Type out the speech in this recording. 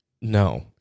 No